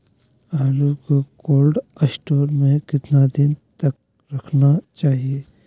आलू को cold store में कितना दिन तक रखना चाहिए?